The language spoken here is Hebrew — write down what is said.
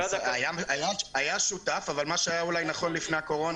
היה שותף אבל מה שהיה אולי נכון לפני הקורונה,